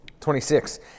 26